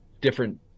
different